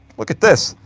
look at this.